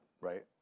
right